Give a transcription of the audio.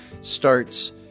Starts